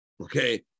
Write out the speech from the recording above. Okay